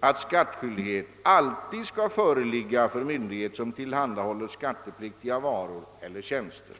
att skattskyldighet alltid skall föreligga för myndighet som tillhandahåller skattepliktiga varor eller tjänster.